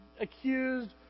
accused